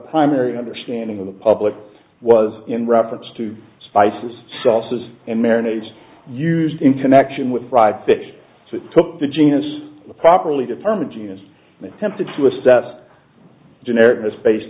primary understanding of the public was in reference to spices sauces and marinated used in connection with fried fish took the genus properly determined genus tempted to assess generic